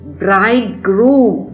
bridegroom